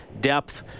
depth